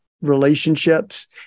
relationships